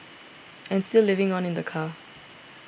and still living on in the car